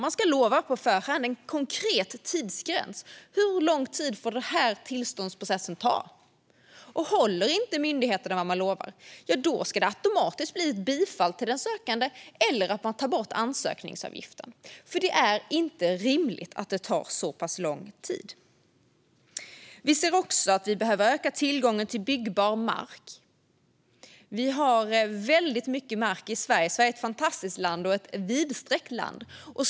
Man ska på förhand ange en konkret tidsgräns för hur lång tid en tillståndsprocess får ta. Håller inte myndigheten vad den lovar ska det automatiskt bli ett bifall till den sökande, eller så tas ansökningsavgiften bort. Det är inte rimligt att det tar så pass lång tid. Vi ser också att vi behöver öka tillgången till byggbar mark. Vi har väldigt mycket mark i Sverige. Sverige är ett fantastiskt land och ett vidsträckt land.